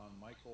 Michael